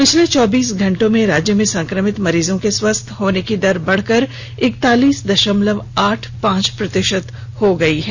पिछले चौबीस घंटे में राज्य में संक्रमित मरीजों के स्वस्थ होने की दर बढ़कर इकतालीस दशमलव आठ पांच प्रतिशत हो गई है